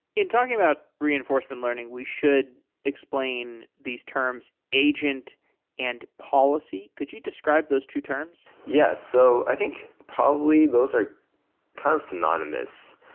in talking about reinforcement learning, we should explain these terms agent and policy. could you describe those two terms? yes. so i think probably those are kind of synonymous,